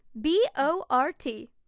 B-O-R-T